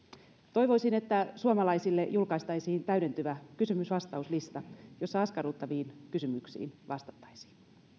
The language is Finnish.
toivoisin että suomalaisille julkaistaisiin täydentyvä kysymys vastaus lista jossa askarruttaviin kysymyksiin vastattaisiin